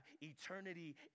eternity